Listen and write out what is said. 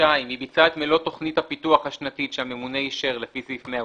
(2)היא ביצעה את מלוא תכנית הפיתוח השנתית שהממונה אישר לפי סעיף 112,